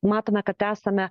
matome kad esame